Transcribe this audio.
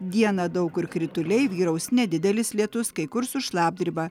dieną daug kur krituliai vyraus nedidelis lietus kai kur su šlapdriba